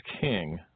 king